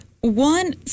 one